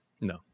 No